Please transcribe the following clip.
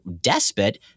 despot